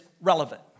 relevant